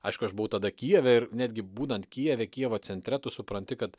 aišku aš buvau tada kijeve ir netgi būnant kijeve kijevo centre tu supranti kad